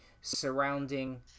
surrounding